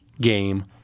game